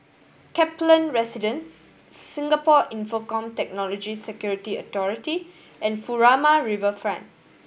Kaplan Residence Singapore Infocomm Technology Security Authority and Furama Riverfront